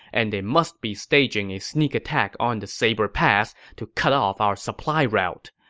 and they must be staging a sneak attack on the saber pass to cut off our supply route.